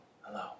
Hello